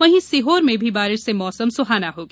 वहीं सीहोर में भी बारिश से मौसम सुहाना हो गया